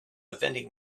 vending